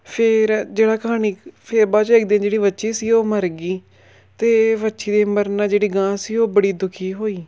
ਫਿਰ ਜਿਹੜਾ ਕਹਾਣੀ ਫਿਰ ਬਾਅਦ 'ਚੋਂ ਇੱਕ ਦਿਨ ਜਿਹੜੀ ਵੱਛੀ ਸੀ ਉਹ ਮਰ ਗਈ ਅਤੇ ਵੱਛੀ ਦੇ ਮਰਨ ਨਾਲ ਜਿਹੜੀ ਗਾਂ ਸੀ ਉਹ ਬੜੀ ਦੁੱਖੀ ਹੋਈ